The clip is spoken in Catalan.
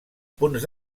punts